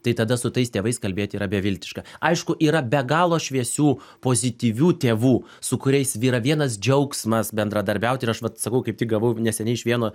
tai tada su tais tėvais kalbėt yra beviltiška aišku yra be galo šviesių pozityvių tėvų su kuriais yra vienas džiaugsmas bendradarbiauti ir aš vat sakau kaip tik gavau neseniai iš vieno